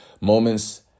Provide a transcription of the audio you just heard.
moments